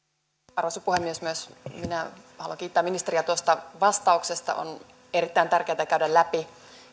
arvoisa puhemies myös minä haluan kiittää ministeriä tuosta vastauksesta on erittäin tärkeätä käydä läpi